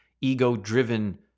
ego-driven